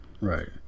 Right